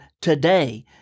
today—